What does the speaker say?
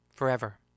Forever